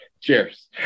Cheers